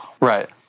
Right